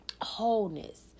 wholeness